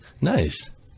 Nice